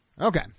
Okay